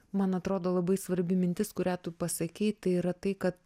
man atrodo labai svarbi mintis kurią tu pasakei tai yra tai kad